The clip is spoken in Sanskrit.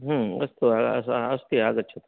अस्तु अस्ति आगच्छतु